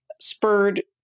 spurred